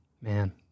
man